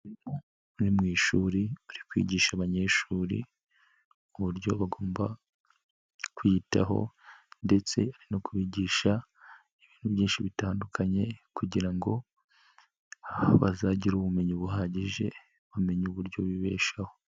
Ni mu ishuri ari kwigisha abanyeshuri uburyo bagomba kwiyitaho ndetse no kubigisha ibintu byinshi bitandukanye kugira ngo bazagira ubumenyi buhagije bamenye uburyo bibeshaho.